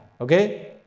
Okay